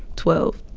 twelve,